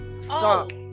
stop